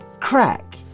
Crack